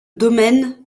domaine